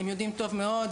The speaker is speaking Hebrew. הם יודעים טוב מאוד,